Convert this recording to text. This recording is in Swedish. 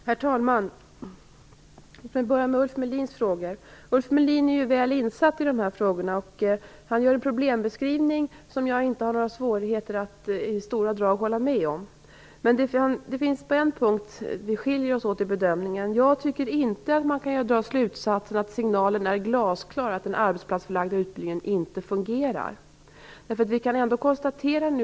Herr talman! Låt mig börja med Ulf Melins frågor. Ulf Melin är väl insatt i dessa frågor och gör en problembeskrivning som jag i stora drag inte har några svårigheter att hålla med om. Men på en punkt skiljer sig våra bedömningar åt. Jag tycker nämligen inte att man kan dra slutsatsen att signalen är glasklar, nämligen att arbetsplatsförlagd utbildning inte fungerar.